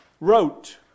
wrote